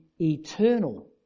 eternal